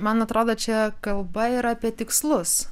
man atrodo čia kalba ir apie tikslus